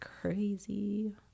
crazy